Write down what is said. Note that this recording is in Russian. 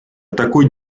такой